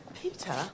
Peter